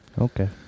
Okay